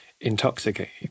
intoxicating